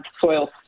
soil